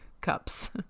cups